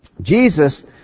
Jesus